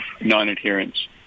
non-adherence